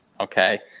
okay